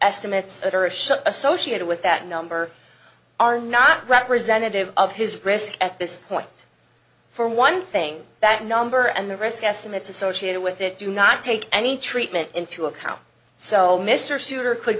shut associated with that number are not representative of his risk at this point for one thing that number and the risk estimates associated with that do not take any treatment into account so mr souter could